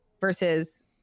versus